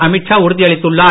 அமித் ஷா உறுதியளித்துள்ளார்